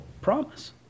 promise